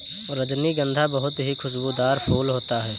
रजनीगंधा बहुत ही खुशबूदार फूल होता है